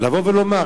לבוא ולומר,